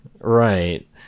Right